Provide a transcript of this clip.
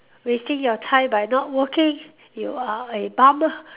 wasting your time by not working you are a bum